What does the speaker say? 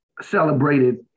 celebrated